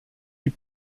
die